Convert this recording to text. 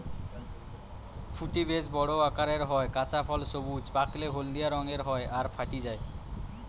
ফুটি বেশ বড় আকারের হয়, কাঁচা ফল সবুজ, পাকলে হলদিয়া রঙের হয় আর ফাটি যায়